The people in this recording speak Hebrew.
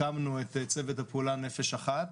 הקמנו את צוות הפעולה "נפש אחת".